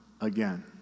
again